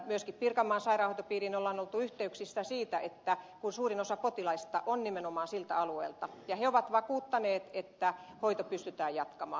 myöskin pirkanmaan sairaanhoitopiiriin on oltu yhteyksissä siitä kun suuri osa potilaista on nimenomaan siltä alueelta ja se on vakuuttanut että hoitoa pystytään jatkamaan